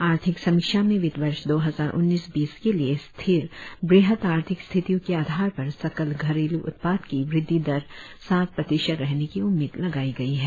आर्थिक समीक्षा में वित्तवर्ष दो हजार उन्निस बीस के लिए स्थिर बृहत आर्थिक स्थितियों के आधार पर सकल घरेलू उत्पाद की वृद्धि दर सात प्रतिशत रहने की उम्मीद लगाई गई है